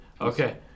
okay